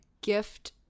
gift